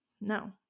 No